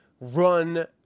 run